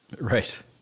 Right